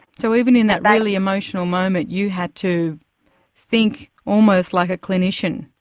so even in that really emotional moment, you had to think almost like a clinician.